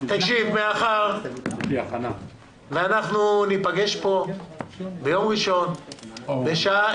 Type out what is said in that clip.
מאחר שאנחנו ניפגש פה ביום ראשון בשעה